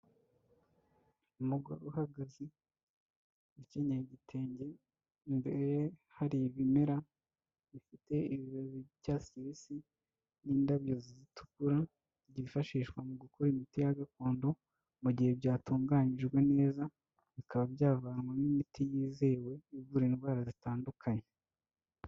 Umugore uhagaze ukenyeye igitenge imbere hari ibimera bifite ibibabi by' icyatsi kibisi n' indabyo zitukura byifashishwa mu gukora imiti ya gakondo mu gihe byatunganyijwe neza bikaba byavanwemo imiti yizewe ivura indwara zitandukanye.